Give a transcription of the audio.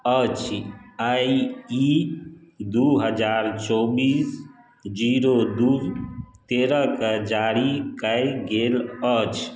अछि आ ई दू हजार चौबीस जीरो दू तेरह केँ जारी कयल गेल अछि